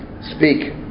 Speak